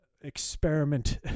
experiment